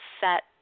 set